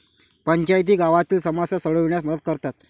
पंचायती गावातील समस्या सोडविण्यास मदत करतात